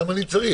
מה הבעיה?